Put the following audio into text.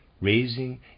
raising